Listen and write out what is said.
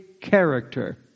character